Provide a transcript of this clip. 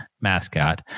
mascot